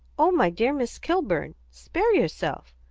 oh, my dear miss kilburn, spare yourself!